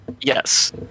Yes